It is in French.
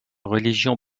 religion